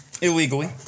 Illegally